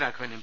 Raghavan M